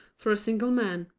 for a single man.